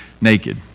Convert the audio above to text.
naked